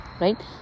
Right